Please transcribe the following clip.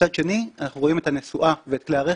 מצד שני אנחנו רואים את הנסועה ואת כלי הרכב,